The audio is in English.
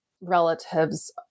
relatives